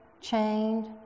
chained